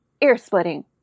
Ear-splitting